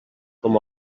com